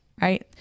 Right